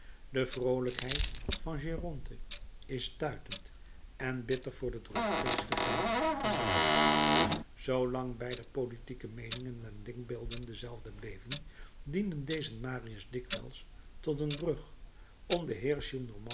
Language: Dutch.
de vroolijkheid van géronte is stuitend en bitter voor de droefgeestigheid van werther zoolang beider politieke meeningen en denkbeelden dezelfde bleven dienden deze marius dikwijls tot een brug om den